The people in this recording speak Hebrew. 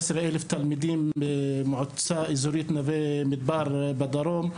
אלף תלמידים במועצה האזורית נווה מדבר בדרום,